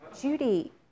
Judy